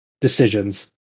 decisions